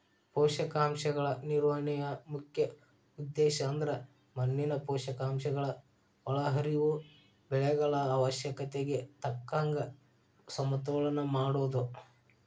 ಪೋಷಕಾಂಶಗಳ ನಿರ್ವಹಣೆಯ ಮುಖ್ಯ ಉದ್ದೇಶಅಂದ್ರ ಮಣ್ಣಿನ ಪೋಷಕಾಂಶಗಳ ಒಳಹರಿವು ಬೆಳೆಗಳ ಅವಶ್ಯಕತೆಗೆ ತಕ್ಕಂಗ ಸಮತೋಲನ ಮಾಡೋದು